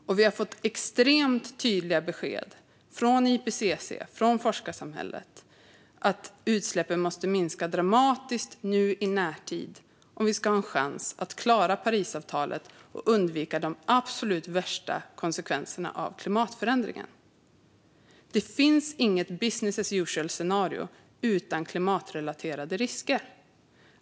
Och vi har fått extremt tydliga besked från IPCC och från forskarsamhället om att utsläppen måste minska dramatiskt i närtid om vi ska ha en chans att klara Parisavtalet och undvika de absolut värsta konsekvenserna av klimatförändringarna. Det finns inget business as usual-scenario utan klimatrelaterade risker.